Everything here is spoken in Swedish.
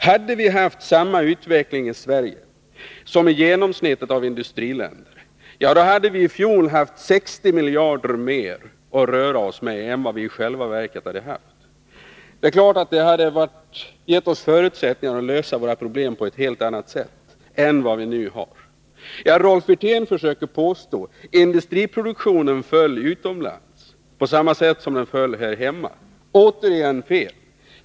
Hade vi haft samma utveckling i Sverige som i genomsnitt i industriländerna, hade vi i fjol haft 60 miljarder kronor mer att röra oss med här hemma än vad vi i själva verket har haft. Det är klart att det hade gett oss förutsättningar att lösa våra problem på ett helt annat sätt än vad vi nu har. Rolf Wirtén försöker påstå att industriproduktionen föll utomlands på samma sätt som den föll här hemma. Det är återigen fel.